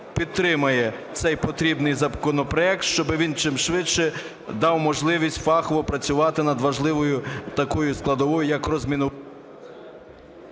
підтримує цей потрібний законопроект, щоб він чим швидше дав можливість фахово працювати над важливою такою складовою, як розмінування…